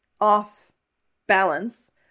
off-balance